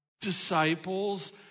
Disciples